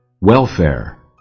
welfare